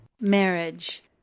Marriage